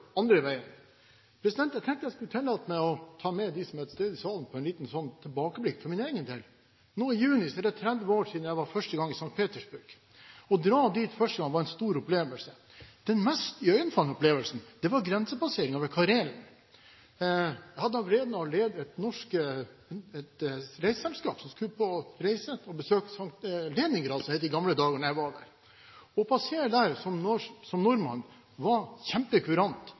andre veien. Jeg tenkte jeg skulle tillate meg å ta med dem som er til stede i salen på et lite tilbakeblikk for min egen del. Nå i juni er det 30 år siden jeg første gang var i St. Petersburg. Å dra dit første gangen var en stor opplevelse. Den mest iøynefallende opplevelsen var grensepasseringen ved Karelen. Jeg hadde gleden av å lede et norsk reiseselskap som skulle på besøk i Leningrad, som det het i gamle dager da jeg var der. Å passere grensen som nordmann var kjempekurant